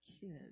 kids